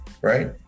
right